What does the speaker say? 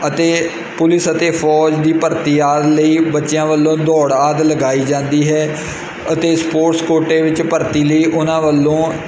ਅਤੇ ਪੁਲਿਸ ਅਤੇ ਫੌਜ ਦੀ ਭਰਤੀ ਆਦਿ ਲਈ ਬੱਚਿਆਂ ਵੱਲੋਂ ਦੌੜ ਆਦਿ ਲਗਾਈ ਜਾਂਦੀ ਹੈ ਅਤੇ ਸਪੋਰਟਸ ਕੋਟੇ ਵਿੱਚ ਭਰਤੀ ਲਈ ਉਹਨਾਂ ਵੱਲੋਂ